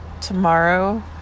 tomorrow